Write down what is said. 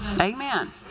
Amen